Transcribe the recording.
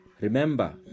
remember